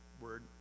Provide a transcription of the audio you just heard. word